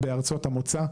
בארצות המוצא.